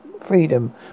freedom